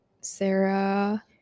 sarah